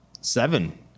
Seven